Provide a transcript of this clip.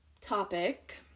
topic